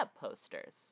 posters